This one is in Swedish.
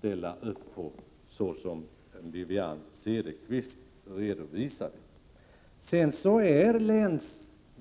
få att gå ihop.